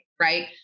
right